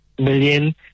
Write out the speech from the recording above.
million